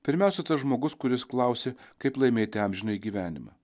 pirmiausia tas žmogus kuris klausia kaip laimėti amžinąjį gyvenimą